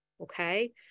okay